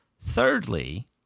thirdly